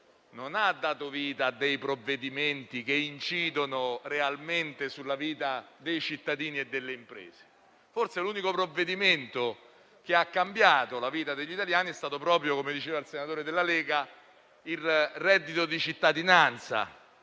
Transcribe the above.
non ha dato vita a provvedimenti che incidano realmente sulla vita dei cittadini e delle imprese. Forse l'unico provvedimento che ha cambiato la vita degli italiani è stato proprio, come diceva il senatore della Lega, il reddito di cittadinanza,